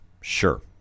Sure